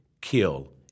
kill